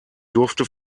durfte